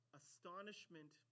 astonishment